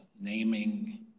naming